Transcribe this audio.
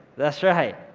that's right.